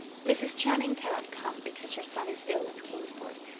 mrs. channing cannot come because her son is ill in kingsport,